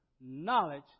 knowledge